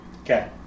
Okay